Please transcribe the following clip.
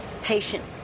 Patient